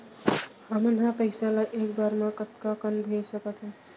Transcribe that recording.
हमन ह पइसा ला एक बार मा कतका कन भेज सकथन?